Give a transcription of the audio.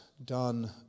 done